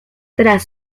tras